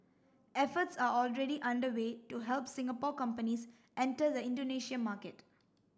efforts are already underway to help Singapore companies enter the Indonesia market